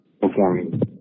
performing